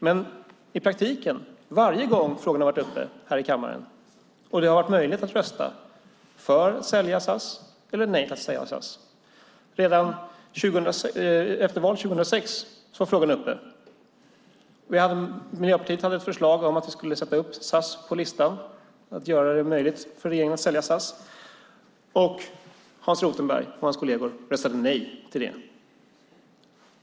Men så är det inte i praktiken - varje gång frågan har varit uppe här i kammaren och det har varit möjligt att rösta för att sälja SAS eller rösta emot att sälja SAS. Redan efter valet 2006 var frågan uppe. Miljöpartiet hade ett förslag om att sätta upp SAS på listan för att göra det möjligt för regeringen att sälja SAS, och Hans Rothenberg och hans kolleger röstade nej till det.